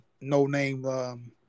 no-name